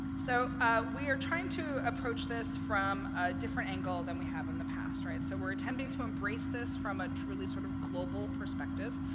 so we are trying to approach this from a different angle than we have in the past. so we're attempting to embrace this from a truly sort of global perspective,